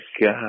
God